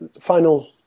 final